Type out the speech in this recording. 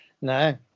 No